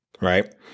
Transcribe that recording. right